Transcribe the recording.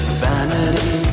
vanity